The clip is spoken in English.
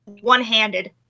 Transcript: One-handed